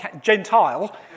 Gentile